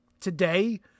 today